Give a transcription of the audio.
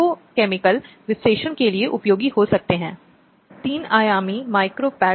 ये विभिन्न अपराध हैं जो भारतीय दंड संहिता में शामिल हैं